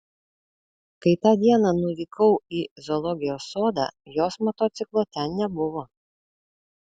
kai tą dieną nuvykau į zoologijos sodą jos motociklo ten nebuvo